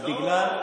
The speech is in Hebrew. לא,